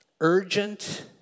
Urgent